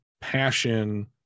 passion